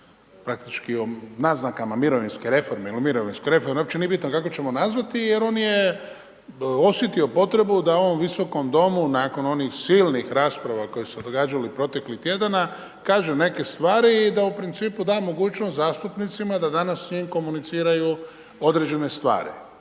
praktički o naznakama mirovinske reforme ili mirovinske reforme, uopće nije bitno kako ćemo nazvati jer on je osjetio potrebu da u ovom Visokom domu nakon onih silnih rasprava koje su se događali proteklih tjedana kaže neke stvari i da u principu da mogućnost zastupnicima da danas s njim komuniciraju određene stvari.